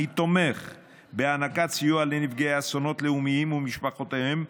אני תומך בהענקת סיוע לנפגעי אסונות לאומיים ומשפחותיהם,